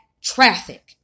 traffic